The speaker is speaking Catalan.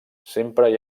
sempre